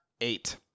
eight